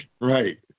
Right